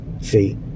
see